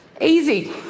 Easy